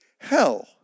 Hell